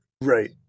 Right